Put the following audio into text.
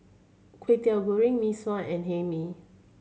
Kwetiau Goreng Mee Sua and Hae Mee